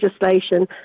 legislation